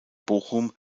bochum